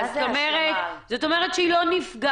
זאת אומרת, היא לא נפגעת.